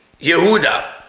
Yehuda